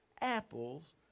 apples